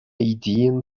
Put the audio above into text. ideen